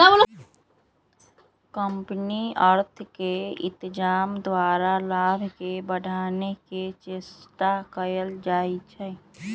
company अर्थ के इत्जाम द्वारा लाभ के बढ़ाने के चेष्टा कयल जाइ छइ